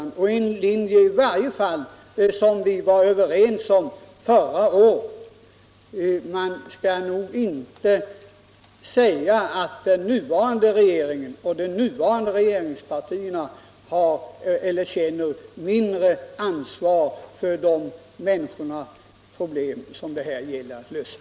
Man skall inte påstå att den nuvarande regeringen eller de nuvarande regeringspartierna känner mindre ansvar än den tidigare regeringen och det tidigare regeringspartiet för de människor, vilkas problem det här gäller att lösa.